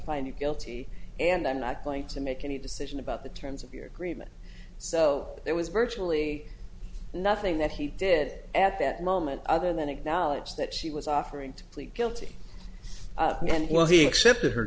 you guilty and i'm not going to make any decision about the terms of your agreement so there was virtually nothing that he did at that moment other than acknowledge that she was offering to plead guilty and well he accepted her